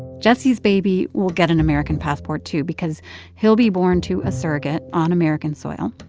jessie's baby will get an american passport, too, because he'll be born to a surrogate on american soil.